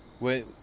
Wait